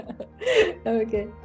Okay